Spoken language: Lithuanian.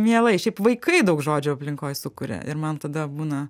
mielai šiaip vaikai daug žodžių aplinkoj sukuria ir man tada būna